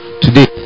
today